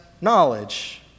knowledge